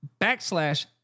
backslash